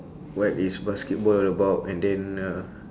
what is basketball about and then uh